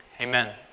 Amen